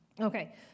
Okay